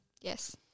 Yes